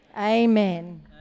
amen